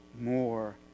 more